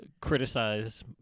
criticize